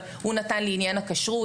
אבל הוא נתן לי את עניין הכשרות.